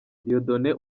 dieudonné